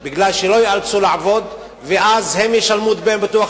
כי הם לא ייאלצו לעבוד,